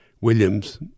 Williams